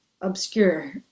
obscure